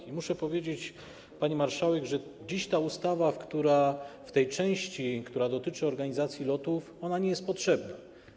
I muszę powiedzieć, pani marszałek, że dziś ta ustawa w tej części, która dotyczy organizacji lotów, nie jest potrzebna.